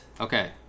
Okay